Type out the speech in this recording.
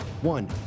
one